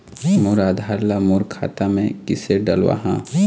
मोर आधार ला मोर खाता मे किसे डलवाहा?